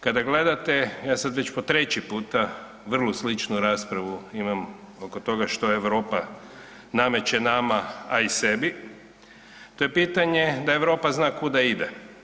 Kada gledate, ja sad već pod trći puta vrlo sličnu raspravu imam oko toga što Europa nameće nama a i sebi, to je pitanje da Europa zna kuda ide.